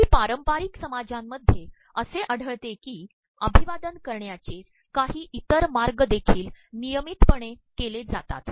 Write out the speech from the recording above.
काही पारंपाररक समाजांमध्येअसे आढळते की अमभवादन करण्याचेकाही इतर मागय देखील तनयममतपणे के ले जातात